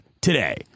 today